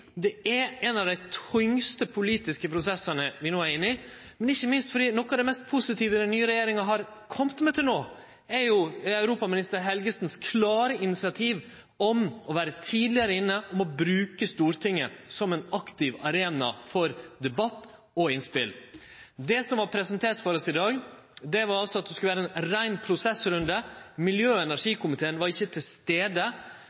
det er ein av dei tyngste politiske prosessane vi no er inne i, og ikkje minst fordi noko av det mest positive den nye regjeringa har kome med til no, er europaminister Helgesens klare initiativ om å vere tidlegare inne, om å bruke Stortinget som ein aktiv arena for debatt og innspel. Det som vart presentert for oss i dag, var altså at det skulle vere ein rein prosessrunde. Energi- og